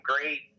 great